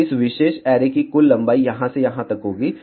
तो इस विशेष ऐरे की कुल लंबाई यहां से यहां तक होगी